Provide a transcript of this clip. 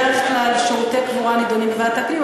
כי בדרך כלל שירותי קבורה נדונים בוועדת הפנים,